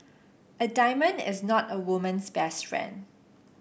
a diamond is not a woman's best friend